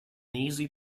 easy